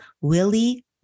Willie